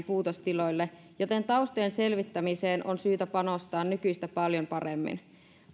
puutostiloille joten taustojen selvittämiseen on syytä panostaa paljon nykyistä paremmin